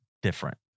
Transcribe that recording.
different